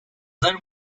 then